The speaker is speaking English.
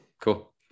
cool